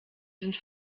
sind